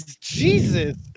Jesus